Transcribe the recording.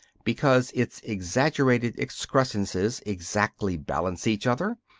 because its exaggerated excrescences exactly balance each other,